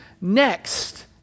next